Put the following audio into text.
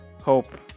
hope